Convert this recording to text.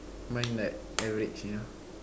mine like average you know